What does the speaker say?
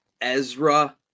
Ezra